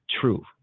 true